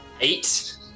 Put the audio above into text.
eight